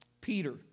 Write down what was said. Peter